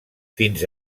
fins